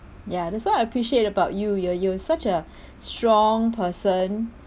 ya that's what I appreciate about you you're you're such a strong person